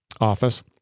Office